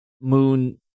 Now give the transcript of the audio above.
Moon